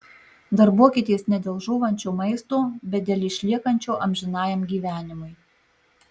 darbuokitės ne dėl žūvančio maisto bet dėl išliekančio amžinajam gyvenimui